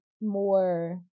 more